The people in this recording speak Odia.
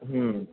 ହୁଁ